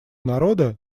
народа